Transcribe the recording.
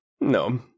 No